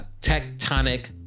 tectonic